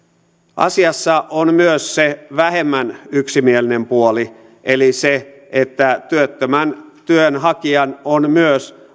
asiassa on myös se vähemmän yksimielinen puoli eli se että työttömän työnhakijan on myös